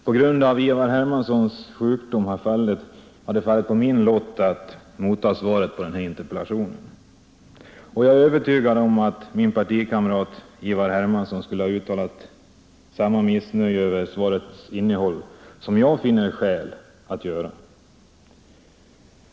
På grund av Ivar Hermanssons sjukdom har det fallit på min lott att motta svaret på interpellationen, och jag är övertygad om att min partikamrat Ivar Hermansson skulle ha uttalat samma missnöje över svarets innehåll som jag finner skäl att göra.